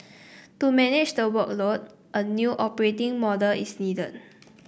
to manage the workload a new operating model is needed